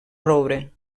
roure